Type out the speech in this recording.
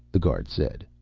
the guard said.